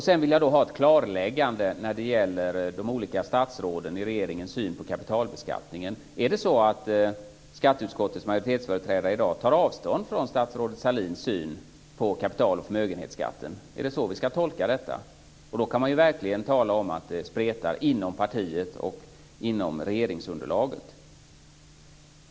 Sedan vill jag ha ett klarläggande när det gäller de olika statsråden i regeringens syn på kapitalbeskattningen. Är det så att skatteutskottets majoritetsföreträdare i dag tar avstånd från statsrådet Sahlins syn på kapital och förmögenhetsskatten? Är det så vi ska tolka detta? Då kan man verkligen tala om att det spretar inom partiet och inom regeringsunderlaget.